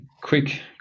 Quick